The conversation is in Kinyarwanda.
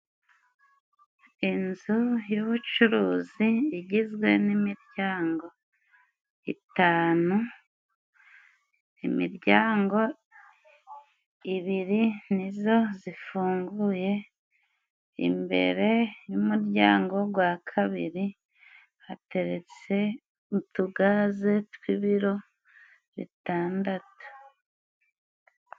Inzu y'ubucuruzi igizwe n'imiryango itanu, imiryango ibiri nizo zifunguye, imbere y' umuryango gwa kabiri hateretse utugaze tw'ibiro bitandatu.